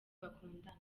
bakundana